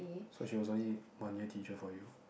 so she was only one year teacher for you